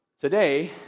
Today